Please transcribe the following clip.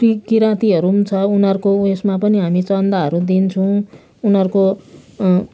पि किराँतीहरू पनि छ उनीहरूको उयसमा पनि हामी चन्दाहरू दिन्छौँ उनीहरूको